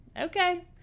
Okay